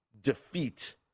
defeat